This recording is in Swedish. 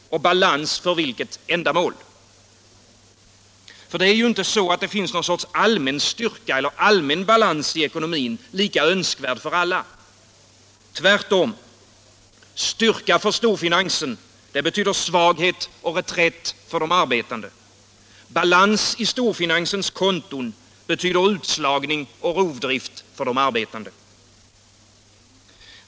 Balans för vilket ändamål? Det är ju inte så att det finns någon sorts allmän styrka eller allmän balans i ekonomin, lika önskvärd för alla — tvärtom. Styrka för storfinansen betyder svaghet och reträtt för de arbetande. Balans i storfinansens konton betyder utslagning och rovdrift för de arbetande.